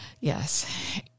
Yes